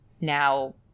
now